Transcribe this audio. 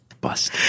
Bust